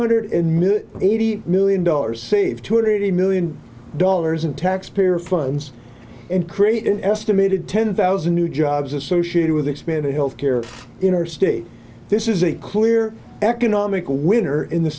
hundred eighty million dollars save two hundred eighty million dollars in taxpayer funds and create an estimated ten thousand new jobs associated with expanded health care in our state this is a clear economical winner in the